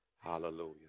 Hallelujah